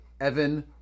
Evan